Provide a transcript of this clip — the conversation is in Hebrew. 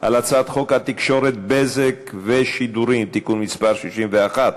על הצעת חוק התקשורת (בזק ושידורים) (תיקון מס' 61)